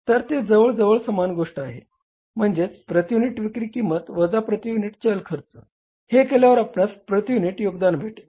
तर ते जवळजवळ समान गोष्ट आहे म्हणजे प्रती युनिट विक्री किंमत वजा प्रती युनिट चल खर्च हे केल्यावर आपणास प्रती युनिट योगदान भेटेल